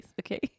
okay